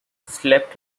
slept